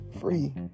free